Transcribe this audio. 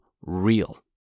real